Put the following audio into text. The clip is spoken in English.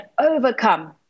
overcome